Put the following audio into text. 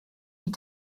die